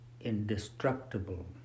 indestructible